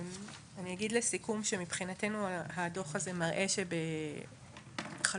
אני אגיד לסיכום שמבחינתנו הדוח הזה מראה שבחלוף